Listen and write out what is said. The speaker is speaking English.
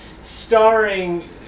starring